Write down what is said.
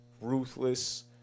ruthless